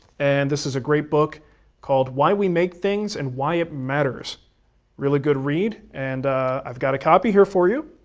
and this is a great book called why we make things and why it matters. a really good read, and i've got a copy here for you,